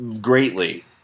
greatly